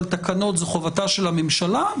אבל תקנות זו חובתה של הממשלה,